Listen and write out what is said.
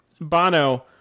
Bono